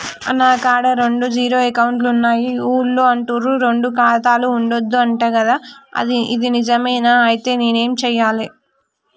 నా కాడా రెండు జీరో అకౌంట్లున్నాయి ఊళ్ళో అంటుర్రు రెండు ఖాతాలు ఉండద్దు అంట గదా ఇది నిజమేనా? ఐతే నేనేం చేయాలే?